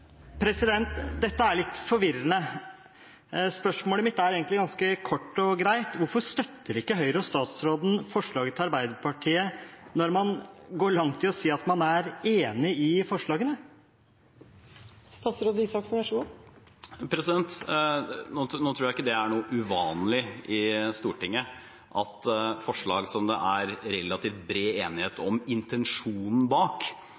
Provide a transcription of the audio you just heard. replikkordskifte. Dette er litt forvirrende. Spørsmålet mitt er egentlig ganske kort og greit: Hvorfor støtter ikke Høyre og statsråden forslagene fra Arbeiderpartiet og SV når man går langt i å si at man er enig i forslagene? Nå tror jeg ikke det er uvanlig i Stortinget at forslag som det er relativt bred enighet om intensjonen bak,